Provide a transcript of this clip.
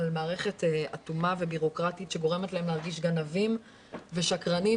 על מערכת אטומה ובירוקרטית שגורמת להם להרגיש גנבים ושקרנים,